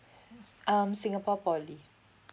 mm singapore poly